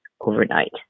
overnight